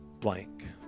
blank